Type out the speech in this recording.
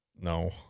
No